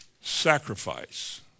sacrifice